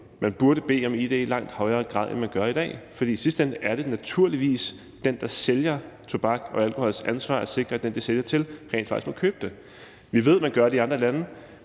man burde bede om id i langt højere grad, end man gør i dag, for i sidste ende er det naturligvis den persons ansvar, der sælger tobak og alkohol, at sikre, at den, de sælger til, rent faktisk må købe det. Vi ved, at man gør det i andre lande.